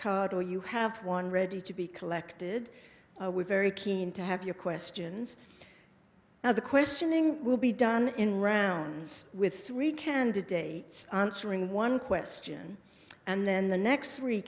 card or you have one ready to be collected we're very keen to have your questions now the questioning will be done in rounds with three candidates answering one question and then the next three